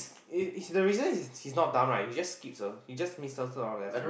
it's it's the reason he's he is not done right he just skips ah he just miss a lot of lesson